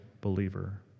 believer